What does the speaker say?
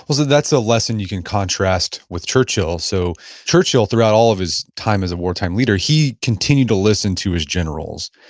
so that's a lesson you can contrast with churchill, so churchill, throughout all of his time as a wartime leader, he continued to listen to his generals.